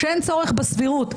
שאין צורך בסבירות.